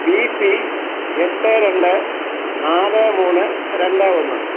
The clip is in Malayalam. ബി പി എട്ട് രണ്ട് നാല് മൂന്ന് രണ്ട് ഒന്ന്